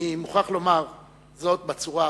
אני מוכרח לומר זאת בצורה הברורה,